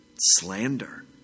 Slander